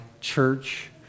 church